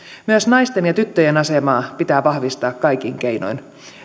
myös naisten ja tyttöjen asemaa pitää vahvistaa kaikin keinoin